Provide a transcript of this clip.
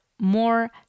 more